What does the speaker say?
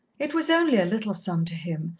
it was only a little sum to him,